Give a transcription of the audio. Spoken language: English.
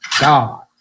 God